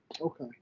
Okay